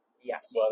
Yes